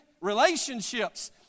Relationships